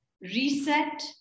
Reset